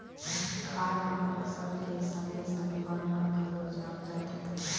खार म फसल के संगे संग बन ह घलोक जाम जाथे